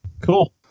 Cool